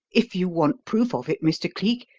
if you want proof of it, mr. cleek,